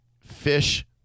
Fish